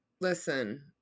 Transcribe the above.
Listen